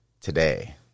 today